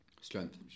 Strength